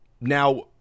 Now